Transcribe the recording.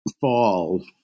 fall